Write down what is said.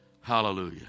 Hallelujah